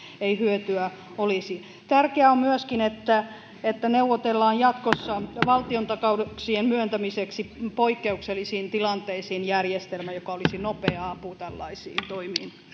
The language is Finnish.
ei hyötyä olisi tärkeää on myöskin että että neuvotellaan jatkossa valtiontakauksien myöntämiseksi poikkeuksellisiin tilanteisiin järjestelmä joka olisi nopea apu tällaisiin toimiin